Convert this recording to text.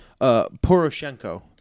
Poroshenko